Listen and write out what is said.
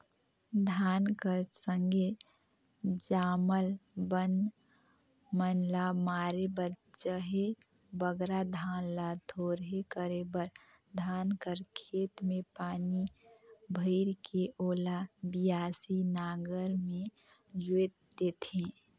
धान कर संघे जामल बन मन ल मारे बर चहे बगरा धान ल थोरहे करे बर धान कर खेत मे पानी भइर के ओला बियासी नांगर मे जोएत देथे